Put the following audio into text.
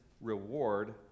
reward